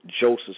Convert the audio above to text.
Joseph